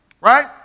Right